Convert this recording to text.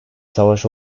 savaş